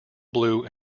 blue